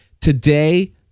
today